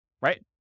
right